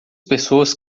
pessoas